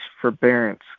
forbearance